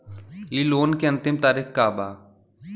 इ लोन के अन्तिम तारीख का बा?